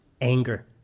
Anger